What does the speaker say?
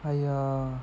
!haiya!